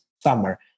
summer